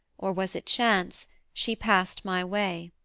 or was it chance, she past my way.